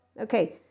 Okay